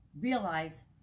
realize